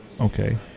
okay